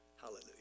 hallelujah